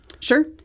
Sure